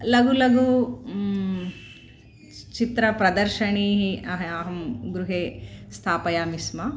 लघु लघु चित्र प्रदर्शनीम् अहम् अहं गृहे स्थापयामि स्म